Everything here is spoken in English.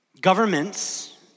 Governments